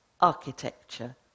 architecture